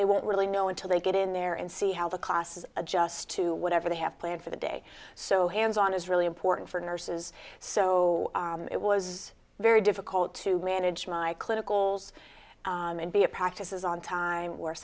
they won't really know until they get in there and see how the classes adjust to whatever they have planned for the day so hands on is really important for nurses so it was very difficult to manage my clinical and be a practice is on time